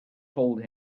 told